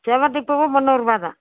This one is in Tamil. செவ்வந்திப்பூவும் முன்னூறுரூவா தான்